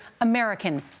American